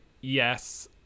yes